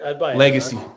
legacy